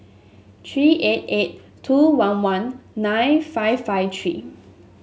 three eight eight two one one nine five five three